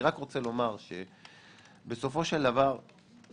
אני רק רוצה לומר שבסופו של דבר נשב